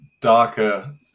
darker